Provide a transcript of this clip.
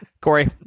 Corey